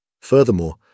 Furthermore